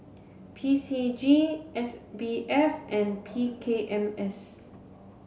P C G S B F and P K M S